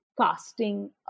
casting